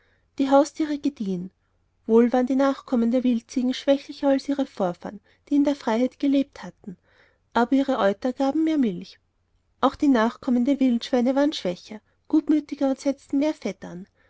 die haustiere gediehen wohl waren die nachkommen der wildziegen schwächlicher als ihre vorfahren die in der freiheit gelebt hatten aber ihre euter gaben mehr milch auch die nachkommen der wildschweine waren schwächer gutmütiger und setzten mehr fett an